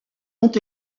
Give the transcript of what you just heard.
ont